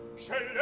said